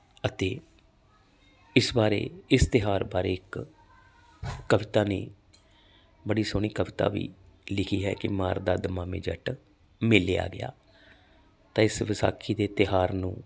ਅਤੇ ਇਸ ਬਾਰੇ ਇਸ਼ਤਿਹਾਰ ਬਾਰੇ ਇੱਕ ਕਵਿਤਾ ਨੇ ਬੜੀ ਸੋਹਣੀ ਕਵਿਤਾ ਵੀ ਲਿਖੀ ਹੈ ਕਿ ਮਾਰਦਾ ਦਮਾਮੇ ਜੱਟ ਮੇਲਿਆ ਗਿਆ ਤਾਂ ਇਸ ਵਿਸਾਖੀ ਦੇ ਤਿਉਹਾਰ ਨੂੰ